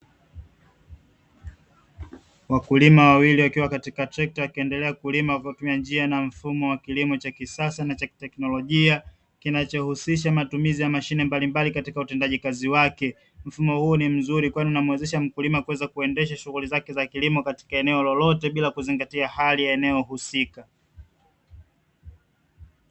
Wakulima wawili wakiwa katika trekta wakiendelea kulima kwa kutumia njia na mfumo wa kilimo cha kisasa na cha kiteknolojia, kinachohusisha matumizi ya mashine mbalimbali katika utendaji kazi wake, mfumo huu ni mzuri kwani unamuwezesha mkulima kuweza kuendesha shughuli zake za kilimo katika eneo lolote bila kuzingatia hali ya eneo husika.